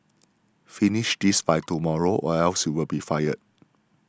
finish this by tomorrow or else you'll be fired